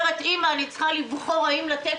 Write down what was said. אומרת אימא: אני צריכה לבחור האם לתת